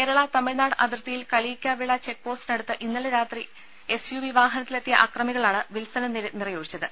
കേരള തമിഴ്നാട് അതിർത്തിയിൽ കളിയിക്കാവിള ചെക്പോസ്റ്റിനടുത്ത് ഇന്നലെ രാത്രി എസ് യുവി വാഹന ത്തിലെത്തിയ അക്രമികളാണ് വിൽസനു നേരെ നിറയൊഴി ച്ചത്